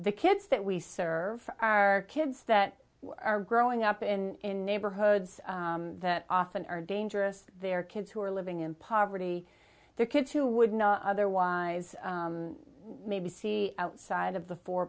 the kids that we serve our kids that are growing up in neighborhoods that often are dangerous their kids who are living in poverty their kids who would not otherwise maybe see outside of the four